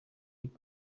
hip